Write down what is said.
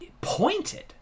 pointed